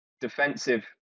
defensive